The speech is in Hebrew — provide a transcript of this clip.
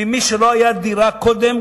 למי שלא היתה דירה קודם,